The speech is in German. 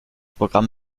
programm